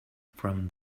from